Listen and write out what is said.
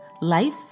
life